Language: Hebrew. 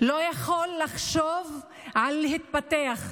לא יכול לחשוב על להתפתח,